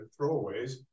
throwaways